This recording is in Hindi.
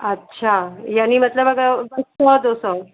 अच्छा यानी मतलब अगर बस सौ दो सौ